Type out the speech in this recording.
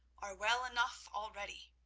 are well enough already.